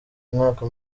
umwaka